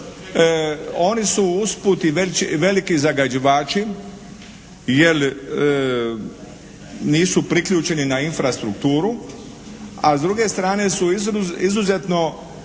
Oni su usput i veliki zagađivači jer nisu priključeni na infrastrukturu, a s druge strane su izuzetno